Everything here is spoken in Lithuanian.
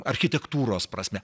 architektūros prasme